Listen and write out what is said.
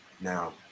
Now